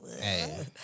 Hey